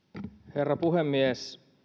herra puhemies